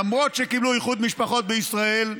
למרות שקיבלו איחוד משפחות בישראל,